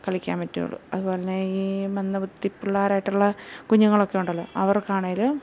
കളിക്കാൻ പറ്റുള്ളൂ അതുപോലെത്തന്നെ ഈ മന്ദബുദ്ധി പിള്ളേരായിട്ടുള്ള കുഞ്ഞുങ്ങളൊക്കെ ഉണ്ടല്ലോ അവർക്ക് ആണെങ്കിൽ